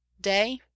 day